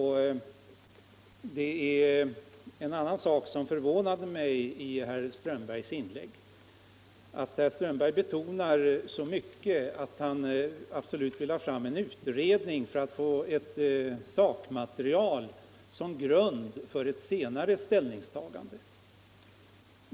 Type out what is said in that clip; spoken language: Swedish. Det var en annan sak som förvånade mig i herr Strömbergs inlägg. Herr Strömberg betonar så mycket att han absolut vill ha fram en utredning för att få sakmaterial som grund för ett senare ställningstagande.